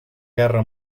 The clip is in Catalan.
guerra